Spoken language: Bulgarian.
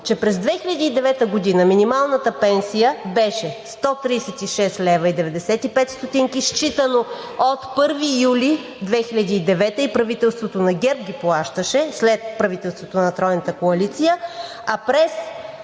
че през 2009 г. минималната пенсия беше 136,95 лв., считано от 1 юли 2009 г., и правителството на ГЕРБ ги плащаше след правителството на Тройната коалиция, а през